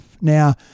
Now